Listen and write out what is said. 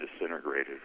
disintegrated